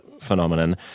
phenomenon